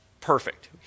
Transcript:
perfect